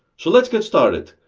so let's get started!